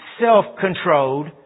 self-controlled